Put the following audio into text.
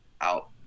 out